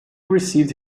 received